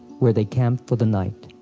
where they camped for the night.